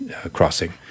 crossing